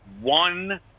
one